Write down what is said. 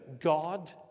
God